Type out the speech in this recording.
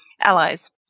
allies